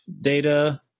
data